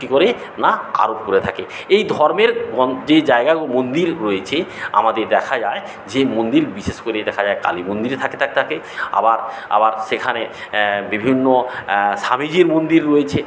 কী করে না আরোপ করে থাকে এই ধর্মের যে জায়গাগুলো মন্দির রয়েছে আমাদের দেখা যায় যে মন্দির বিশেষ করে দেখা যায় কালী মন্দিরে থাকে আবার আবার সেখানে বিভিন্ন স্বামীজির মন্দির রয়েছে